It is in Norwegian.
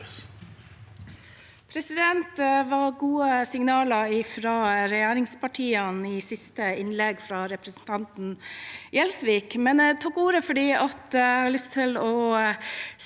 Det var gode signa- ler fra regjeringspartiene i siste innlegg, fra representanten Gjelsvik. Jeg tok ordet fordi jeg har lyst til å si